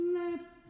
left